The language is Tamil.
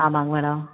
ஆமாங்க மேடம்